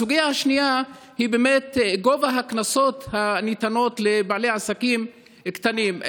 הסוגיה השנייה היא באמת גובה הקנסות הניתנים לבעלי עסקים קטנים.